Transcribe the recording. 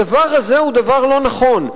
הדבר הזה הוא דבר לא נכון.